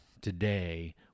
today